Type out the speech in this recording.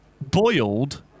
boiled